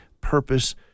purpose